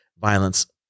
violence